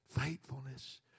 faithfulness